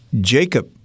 Jacob